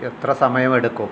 എത്ര സമയമെടുക്കും